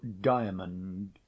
diamond